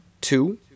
two